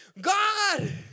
god